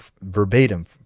verbatim